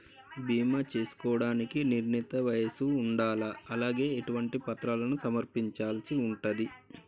బీమా చేసుకోవడానికి నిర్ణీత వయస్సు ఉండాలా? అలాగే ఎటువంటి పత్రాలను సమర్పించాల్సి ఉంటది?